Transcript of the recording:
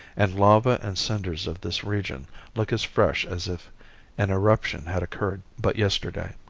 and lava and cinders of this region look as fresh as if an eruption had occurred but yesterday.